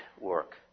work